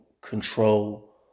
control